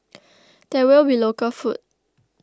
there will be local food